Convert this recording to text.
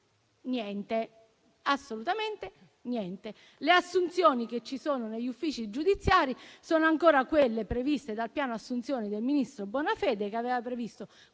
giustizia? Assolutamente niente. Le assunzioni che ci sono negli uffici giudiziari sono ancora quelle previste dal piano assunzioni del ministro Bonafede, che aveva previsto